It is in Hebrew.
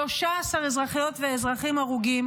13 אזרחיות ואזרחים הרוגים.